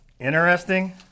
Interesting